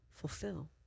fulfill